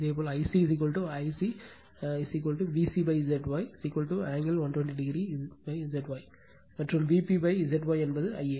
இதேபோல் Ic V c Z Y angle 120o Z Y மற்றும் Vp Z Y என்பது Ia